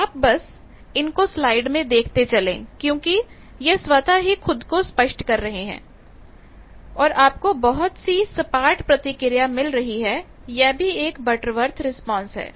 आप बस इनको स्लाइड में देखते चलें क्योंकि यह स्वतः ही खुद को स्पष्ट कर रहे हैं और आपको बहुत ही सपाट प्रतिक्रिया मिल रही है यह भी एकबटरवर्थ रिस्पांस है